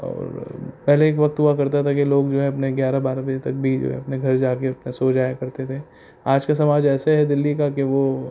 اور پہلے ایک وقت ہوا کرتا تھا کہ لوگ جو ہیں اپنے گیارہ بارہ بجے تک بھی جو ہے اپنے گھر جا کے اپنے سو جایا کرتے تھے آج کا سماج ایسے ہے دہلی کا کہ وہ